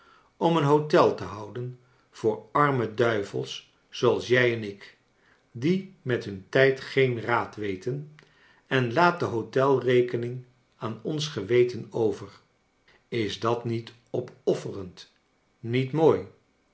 om een hotel te houden voor arme duivels zooals jij en ik die met hnn tijd geen raad weten en laat de hotelrekcning aan ons geweten over is dat niet opofferend niet mooi